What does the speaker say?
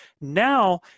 now